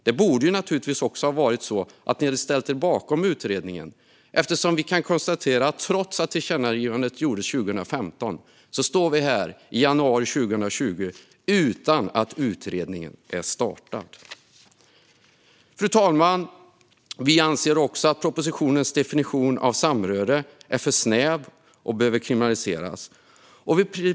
Ni borde naturligtvis också ha ställt er bakom utredningen, eftersom vi kan konstatera att vi trots att tillkännagivandet gjordes 2015 står här i januari 2020 utan att utredningen har startats. Fru talman! Vi anser att propositionens definition av samröre är för snäv och att betydligt fler former av samröre ska kriminaliseras.